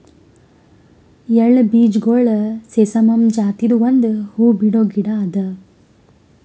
ಎಳ್ಳ ಬೀಜಗೊಳ್ ಸೆಸಾಮಮ್ ಜಾತಿದು ಒಂದ್ ಹೂವು ಬಿಡೋ ಗಿಡ ಅದಾ